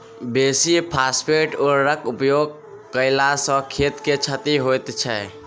बेसी फास्फेट उर्वरकक उपयोग कयला सॅ खेत के क्षति होइत छै